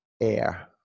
air